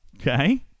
Okay